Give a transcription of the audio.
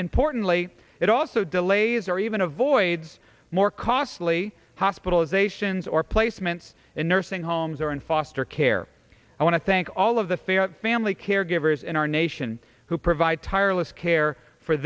importantly it also delays or even avoids more costly hospitalizations or placements in nursing homes or in foster care i want to thank all of the fair family caregivers in our nation who provide tireless care for